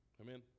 Amen